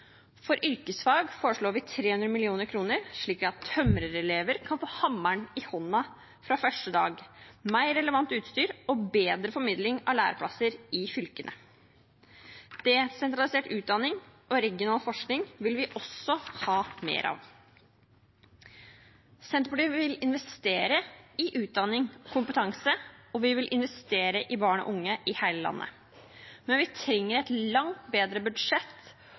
For yrkesfag foreslår vi 300 mill. kr, slik at tømrerelever kan få hammeren i hånda fra første dag, og at det blir mer relevant utstyr og bedre formidling av læreplasser i fylkene. Desentralisert utdanning og regional forskning vil vi også ha mer av. Senterpartiet vil investere i utdanning og kompetanse, og vi vil investere i barn og unge i hele landet. Men vi trenger et langt bedre